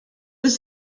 was